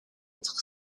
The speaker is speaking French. être